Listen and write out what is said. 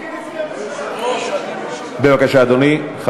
אדוני היושב-ראש,